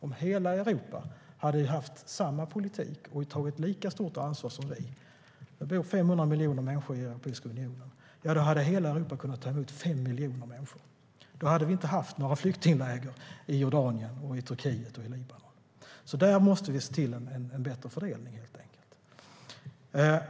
Om hela Europa hade haft samma politik och hade tagit ett lika stort ansvar som vi hade hela Europa kunnat ta emot 5 miljoner människor - det bor 500 miljoner människor i Europeiska unionen. Då hade vi inte haft några flyktingläger i Jordanien, Turkiet och Libanon. Vi måste helt enkelt se till att få en bättre fördelning.